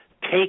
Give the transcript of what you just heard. take